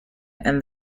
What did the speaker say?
and